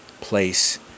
place